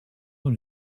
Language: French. dans